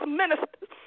ministers